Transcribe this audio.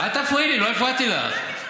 אל תפריעי לי, לא הפרעתי לך.